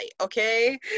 okay